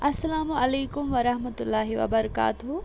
اسلام علیکم وَرحمَتُہ اللّٰہِ وَبرکاتُہ